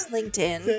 LinkedIn